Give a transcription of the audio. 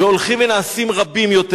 והולכים ונעשים רבים יותר,